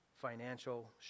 financial